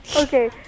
Okay